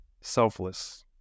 selfless